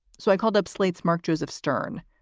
so i called up slate's mark joseph stern.